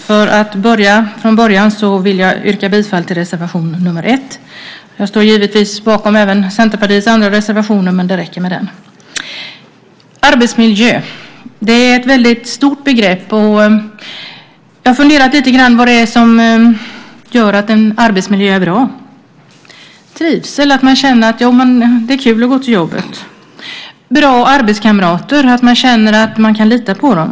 Fru talman! Jag yrkar bifall till reservation nr 1. Jag står givetvis bakom Centerpartiets övriga reservationer. Arbetsmiljö är ett stort begrepp. Jag har funderat på vad som gör en arbetsmiljö bra. Det är trivsel, att känna att det är kul att gå till jobbet. Det är bra arbetskamrater, att känna att det går att lita på dem.